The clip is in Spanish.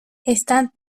están